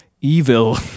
evil